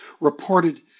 reported